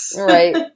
Right